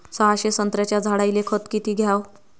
सहाशे संत्र्याच्या झाडायले खत किती घ्याव?